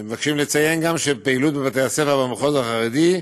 אנחנו מבקשים לציין גם פעילות בבתי-הספר ובמחוז החרדי,